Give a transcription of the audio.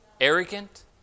arrogant